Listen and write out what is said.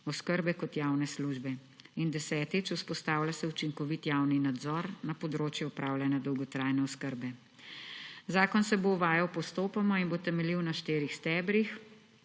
oskrbe kot javne službe. In desetič, vzpostavlja se učinkovit javni nadzor na področju upravljanja dolgotrajne oskrbe. Zakon se bo uvajal postopoma in bo temeljil na štirih stebrih: